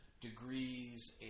degrees